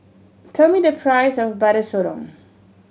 tell me the price of Butter Sotong